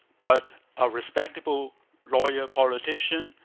but a respectable lawyer-politician,